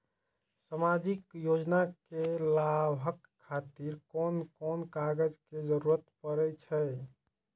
सामाजिक योजना के लाभक खातिर कोन कोन कागज के जरुरत परै छै?